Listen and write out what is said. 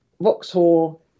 Vauxhall